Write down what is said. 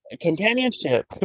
companionship